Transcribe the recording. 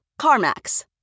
CarMax